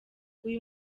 uyu